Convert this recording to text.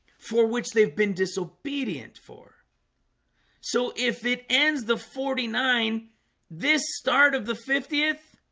for which they've been disobedient for so if it ends the forty nine this start of the fiftieth